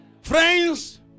Friends